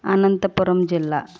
అనంతపురం జిల్లా